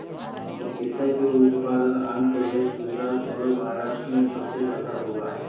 पपीता के उत्पादन आंध्र प्रदेश, गुजरात और महाराष्ट्र में सबसे ज्यादा होबा हई